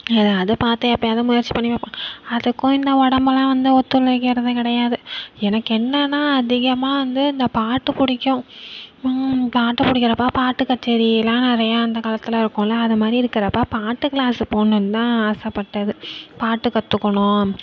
ஏதாவுது பார்த்து எப்படியாவுது முயற்சி பண்ணி வைப்போம் அதுக்கும் இந்த உடம்புலாம் வந்து ஒத்துழைக்கிறதே கிடையாது எனக்கு என்னான்னால் அதிகமாக வந்து இந்த பாட்டு பிடிக்கும் பாட்டு பிடிக்கிறப்ப பாட்டு கச்சேரியெலாம் நிறையா அந்த காலத்தில் இருக்கும்ல அதை மாதிரி இருக்கறப்போ பாட்டு கிளாஸு போகணுந்தான் ஆசைப்பட்டது பாட்டு கற்றுக்கோணும்